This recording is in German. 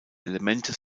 elemente